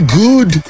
good